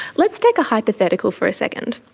let's take a hypothetical for a second.